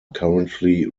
currently